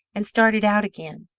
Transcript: and started out again.